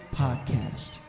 podcast